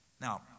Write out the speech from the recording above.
Now